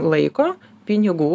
laiko pinigų